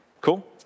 Cool